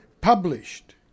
published